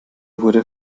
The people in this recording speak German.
wurde